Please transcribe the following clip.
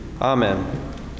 Amen